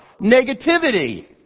negativity